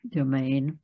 domain